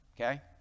okay